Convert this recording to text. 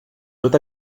tot